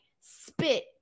spit